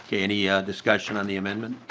yeah any ah discussion on the amendment?